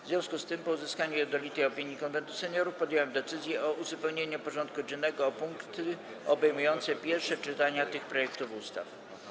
W związku z tym, po uzyskaniu jednolitej opinii Konwentu Seniorów, podjąłem decyzję o uzupełnieniu porządku dziennego o punkty obejmujące pierwsze czytania tych projektów ustaw.